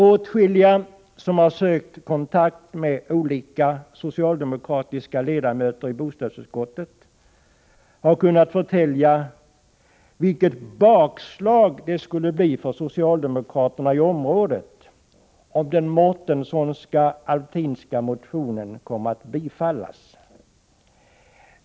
Åtskilliga som har sökt kontakt med olika socialdemo kratiska ledamöter i bostadsutskottet har kunnat förtälja vilket bakslag det skulle bli för socialdemokraterna i området om den Mårtenssonska-Alftinska motionen kom att bifallas.